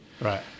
right